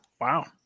Wow